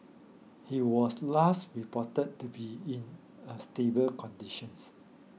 he was last reported to be in a stable conditions